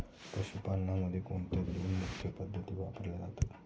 पशुपालनामध्ये कोणत्या दोन मुख्य पद्धती वापरल्या जातात?